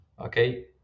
Okay